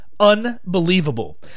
unbelievable